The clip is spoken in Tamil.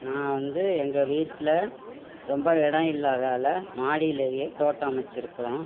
நான் வந்து எங்கள் வீட்டில் ரொம்ப இடம் இல்லாததால் மாடியிலேயே தோட்டம் அமைச்சுருக்குறோம்